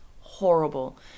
horrible